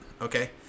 okay